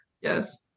Yes